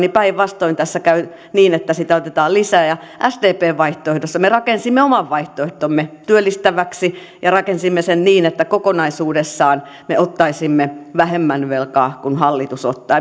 päinvastoin tässä käy niin että velkaa otetaan lisää sdpn vaihtoehdossa me rakensimme oman vaihtoehtomme työllistäväksi ja rakensimme sen niin että kokonaisuudessaan me ottaisimme vähemmän velkaa kuin hallitus ottaa